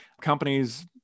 companies